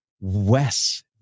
wes